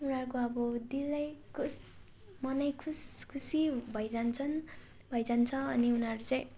उनीहरूको अब दिलै खुस मनै खुस खुसी भइजान्छन् भइजान्छ अनि उनीहरू चाहिँ